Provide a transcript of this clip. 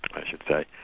i should say.